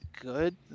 good